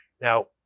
Now